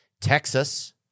Texas